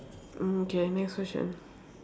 mm okay next question